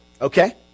Okay